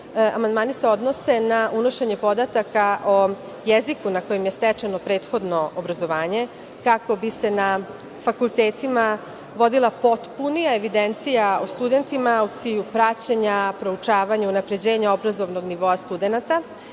Amandmani se odnose na unošenje podataka o jeziku na kojima je stečeno prethodno obrazovanje kako bi se na fakultetima vodila potpunija evidencija o studentima u cilju praćenja, proučavanja, unapređenja obrazovnog nivoa studenata